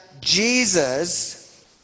Jesus